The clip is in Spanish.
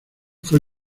fue